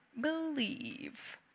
believe